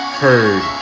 heard